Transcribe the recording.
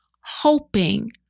hoping